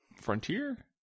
Frontier